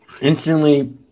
Instantly